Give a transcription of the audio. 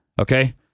okay